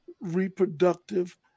reproductive